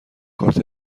کارت